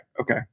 okay